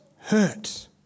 hurt